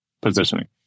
positioning